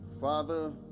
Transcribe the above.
Father